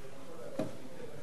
בבקשה.